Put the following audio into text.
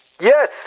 Yes